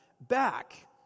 back